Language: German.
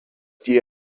die